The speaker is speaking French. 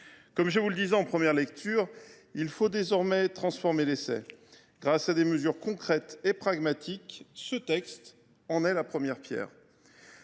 Comme je le disais en première lecture, il faut désormais transformer l’essai. Grâce à des mesures concrètes et pragmatiques, ce texte est une première pierre,